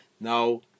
Now